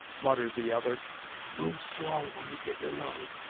muttered the other move slow, when you get your load,